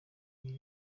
biro